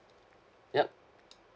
yup